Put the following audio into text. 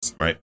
Right